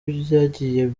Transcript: bagiye